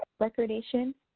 recordation,